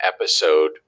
episode